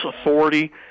authority